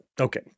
Okay